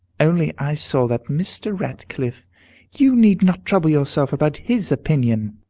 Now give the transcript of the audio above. only i saw that mr. ratcliffe you need not trouble yourself about his opinion.